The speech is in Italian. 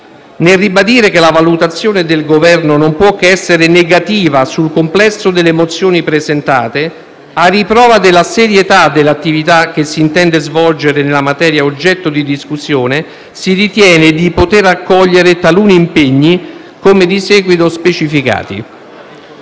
nel ribadire che la valutazione del Governo non può che essere negativa sul complesso delle mozioni presentate, a riprova della serietà dell'attività che si intende svolgere nella materia oggetto di discussione, si ritiene di poter accogliere taluni impegni, come di seguito specificati.